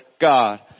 God